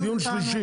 זה דיון שלישי.